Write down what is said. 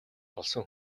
болсон